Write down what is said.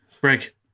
Break